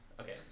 Okay